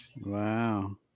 Wow